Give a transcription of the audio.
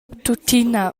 tuttina